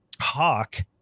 Hawk